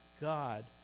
God